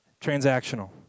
transactional